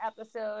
episode